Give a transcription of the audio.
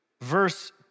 Verse